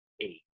eight